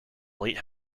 late